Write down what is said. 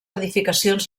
edificacions